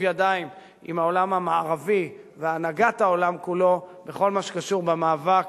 ידיים עם העולם המערבי והנהגת העולם כולו בכל מה שקשור במאבק